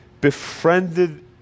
befriended